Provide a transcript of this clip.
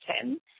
ten